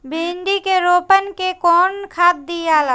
भिंदी के रोपन मे कौन खाद दियाला?